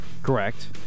Correct